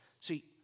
See